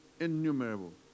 Innumerable